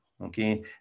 Okay